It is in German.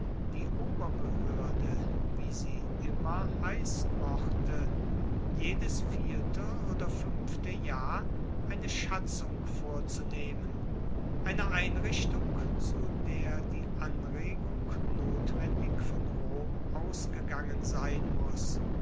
die oberbehoerde wie sie immer heissen mochte jedes vierte oder fuenfte jahr eine schatzung vorzunehmen eine einrichtung zu der die anregung notwendig von rom ausgegangen sein muss